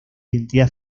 identidad